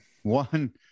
One